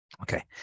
Okay